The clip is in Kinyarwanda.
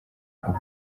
ubwo